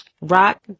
rock